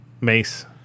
Mace